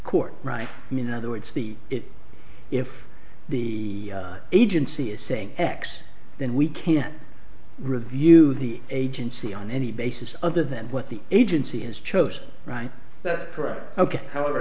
court right i mean other words the it if the agency is saying x then we can review the agency on any basis other than what the agency has chosen right that's right ok however